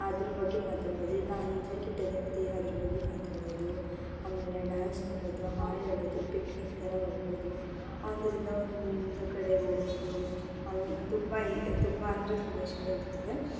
ಅದ್ರ ಬಗ್ಗೆ ಮಾತಾಡೋದು ಇಲ್ಲಾಂದರೆ ಕೆಟ್ಟದಾಗ್ತಿದ್ಯ ಅದ್ರ ಬಗ್ಗೆ ಮಾತಾಡೋದು ಆಮೇಲೆ ಡ್ಯಾನ್ಸ್ ಮಾಡೋದು ಹಾಡು ಹೇಳೋದು ಪಿಕ್ನಿಕ್ ಥರ ಹೋಗೋದು ಒಂದರಿಂದ ಒಂದು ಕಡೆಗೆ ಹೋಗೋದು ತುಂಬ ಈ ತುಂಬ ಅಂದರೆ ತುಂಬ ಇಷ್ಟ ಇರ್ತದೆ